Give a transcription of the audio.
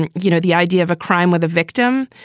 and you know, the idea of a crime with a victim,